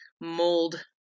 mold